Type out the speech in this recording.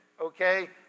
okay